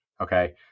Okay